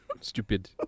Stupid